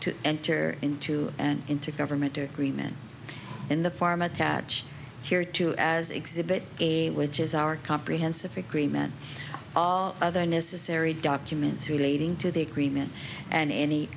to enter into an intergovernmental agreement in the farm a catch here two as exhibit a which is our comprehensive agreement other necessary documents relating to the agreement and any